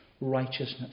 righteousness